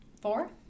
four